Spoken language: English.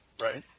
Right